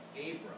Abram